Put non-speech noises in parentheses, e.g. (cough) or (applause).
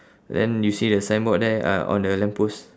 (breath) then you see a signboard there ah on the lamp post